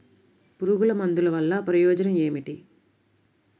పురుగుల మందుల వల్ల ప్రయోజనం ఏమిటీ?